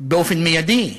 באופן מיידי,